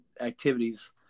activities